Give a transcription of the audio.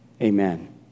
amen